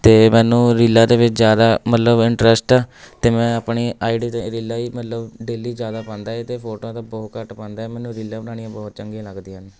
ਅਤੇ ਮੈਨੂੰ ਰੀਲਾਂ ਦੇ ਵਿੱਚ ਜ਼ਿਆਦਾ ਮਤਲਬ ਇੰਟਰਸਟ ਆ ਅਤੇ ਮੈਂ ਆਪਣੀ ਆਈ ਡੀ 'ਤੇ ਰੀਲਾਂ ਹੀ ਮਤਲਬ ਡੇਲੀ ਜ਼ਿਆਦਾ ਪਾਉਂਦਾ ਹੈ ਅਤੇ ਫੋਟੋਆਂ ਤਾਂ ਬਹੁਤ ਘੱਟ ਪਾਉਂਦਾ ਹੈ ਮੈਨੂੰ ਰੀਲਾਂ ਬਣਾਉਣੀਆਂ ਬਹੁਤ ਚੰਗੀਆਂ ਲੱਗਦੀਆਂ ਹਨ